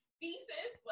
thesis